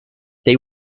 they